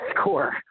score